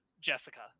Jessica